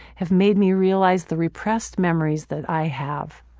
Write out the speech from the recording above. have made me realize the repressed memories that i have.